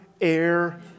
air